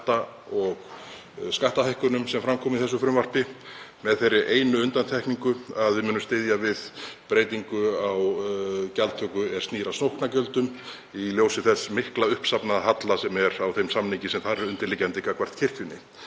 og skattahækkunum sem fram koma í þessu frumvarpi með þeirri einu undantekningu að við munum styðja við breytingu á gjaldtöku er snýr að sóknargjöldum í ljósi þess mikla uppsafnaða halla sem er á þeim samningi sem þar er undirliggjandi gagnvart kirkjunni.